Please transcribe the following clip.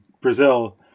Brazil